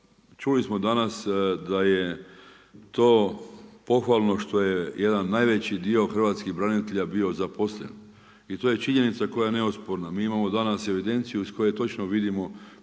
čuli smo danas da je to pohvalno što je jedan najveći dio hrvatskih branitelja bio zaposlen i to je činjenica koja je neosporna. Mi imamo danas evidenciju iz koje točno vidimo